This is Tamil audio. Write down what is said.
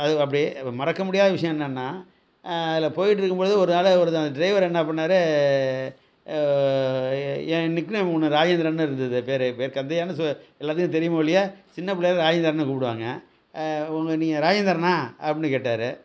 அது அப்படி மறக்க முடியாத விஷயம் என்னென்னால் அதில் போய்கிட்ருக்கும் போது ஒரு நாள் ஒருத்தன் ட்ரைவர் என்ன பண்ணார் ஏ என் நிக் நேம் ஒன்று ராஜேந்திரன்னு இருந்தது பேர் என் பேர் கந்தையான்னு சு எல்லாத்துக்கும் தெரியுமே ஒழிய சின்னப் பிள்ளையில ராஜேந்திரன்னு கூப்பிடுவாங்க உங்கள் நீங்கள் ராஜேந்திரன்னால் அப்படின்னு கேட்டார்